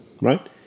right